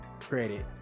credit